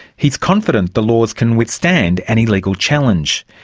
he's confident the laws can withstand any legal challenge.